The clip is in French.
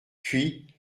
puis